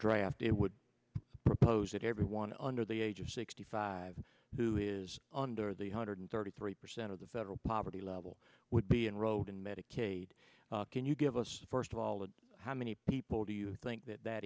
draft it would propose that everyone under the age of sixty five who is under the hundred thirty three percent of the federal poverty level would be enrolled in medicaid can you give us first of all the how many people do you think that that